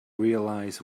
realize